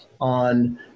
on